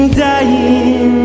dying